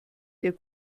der